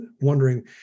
wondering